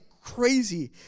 crazy